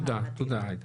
תודה, עאידה.